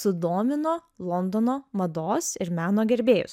sudomino londono mados ir meno gerbėjus